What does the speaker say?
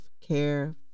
care